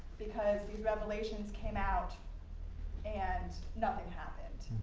because these revelations came out and nothing happened.